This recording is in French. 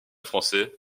français